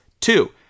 Two